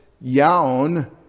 yawn